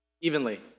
evenly